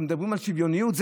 מדברים על שוויוניות?